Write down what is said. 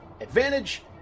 Advantage